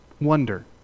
wonder